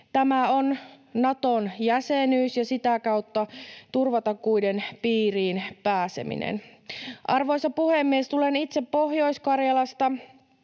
tämä on Naton jäsenyys, ja sitä kautta turvatakuiden piiriin pääseminen. Arvoisa puhemies! Tulen itse Pohjois-Karjalasta,